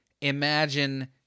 imagine